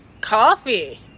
coffee